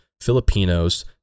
Filipinos